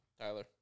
Tyler